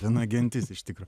viena gentis iš tikro